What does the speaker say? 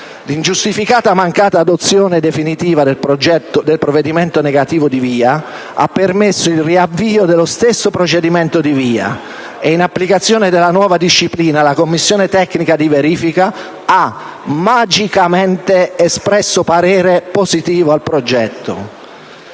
L'ingiustificata mancata adozione definitiva del provvedimento di reiezione della VIA ha permesso il riavvio dello stesso procedimento di VIA e, in applicazione della nuova disciplina, la commissione tecnica di verifica ha magicamente espresso parere positivo al progetto.